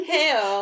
Hell